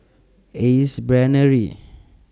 Ace Brainery